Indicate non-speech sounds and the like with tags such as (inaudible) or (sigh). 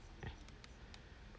(noise)